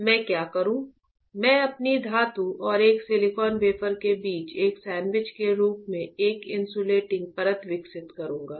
तो मैं क्या करूँगा मैं अपनी धातु और एक सिलिकॉन वेफर के बीच एक सैंडविच के रूप में एक इन्सुलेटिंग परत विकसित करूंगा